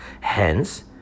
Hence